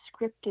scripted